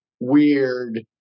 weird